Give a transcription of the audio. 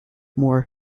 more